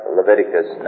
Leviticus